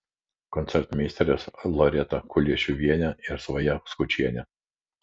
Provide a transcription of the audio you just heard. koncertmeisterės loreta kuliešiuvienė ir svaja skučienė